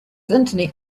internet